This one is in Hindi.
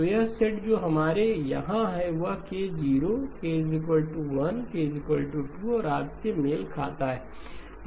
तो यह सेट जो हमारे यहाँ है वह k 0 k 1 k 2 और आदि से मेल खाता है